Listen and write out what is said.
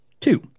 two